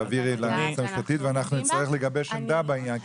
תעבירי ליועצת המשפטית ואנחנו נצטרך לגבש עמדה בעניין,